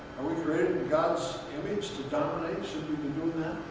we created in god's image to dominate, should we be doing that?